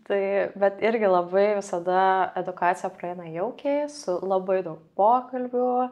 tai bet irgi labai visada edukacija praeina jaukiai su labai daug pokalbių